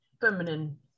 feminine